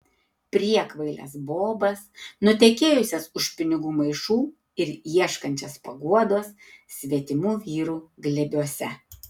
priekvailes bobas nutekėjusias už pinigų maišų ir ieškančias paguodos svetimų vyrų glėbiuose